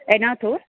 एनाथोर्